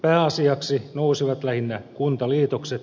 pääasiaksi nousivat lähinnä kuntaliitokset